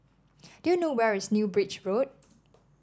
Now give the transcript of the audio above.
do you know where is New Bridge Road